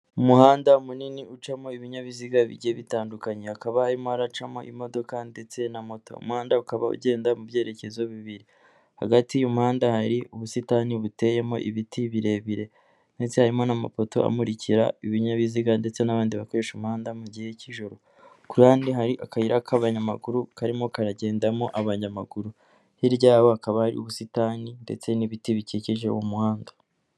Umuhanda munini ucamo ibinyabiziga bijye bitandukanye hakaba harimo haracamo imodoka ndetse na moto, umuhanda ukaba ugenda mu byerekezo hagati y'umuhanda hari ubusitani buteyemo ibiti birebire ndetse harimo n'amapoto amurikira ibinyabiziga ndetse n'abandi bakoresha umuhanda mu gihe cy'ijoro, hari akayira k'abanyamaguru karimo karagendamo abanyamaguru hirya hakaba hari ubusitani ndetse n'ibiti bikikije umuhanda.